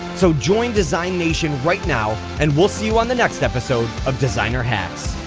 so join design nation right now and we'll see you on the next episode of designer hacks!